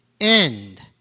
end